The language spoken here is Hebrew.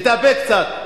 תתאפק קצת.